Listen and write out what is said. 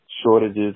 Shortages